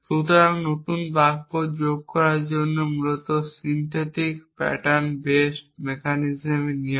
সুতরাং নতুন বাক্য যোগ করার জন্য মূলত সিন্থেটিক প্যাটার্ন বেস মেকানিজমের নিয়ম